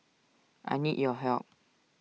I need your help